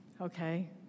Okay